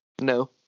no